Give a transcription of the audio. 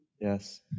Yes